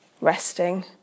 resting